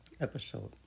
episode